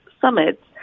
summits